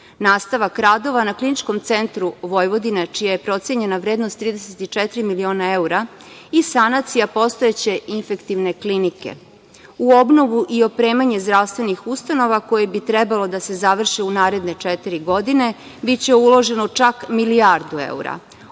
nastavak radova na Kliničkom centru Vojvodine, čija je procenjena vrednost 34 miliona evra i sanacija postojeće Infektivne klinike.U obnovu i opremanje zdravstvenih ustanova, koje bi trebalo da se završe u naredne četiri godine, biće uloženo čak milijardu evra.